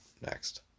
next